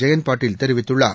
ஜெயந்த் பாட்டீல் தெரிவித்துள்ளார்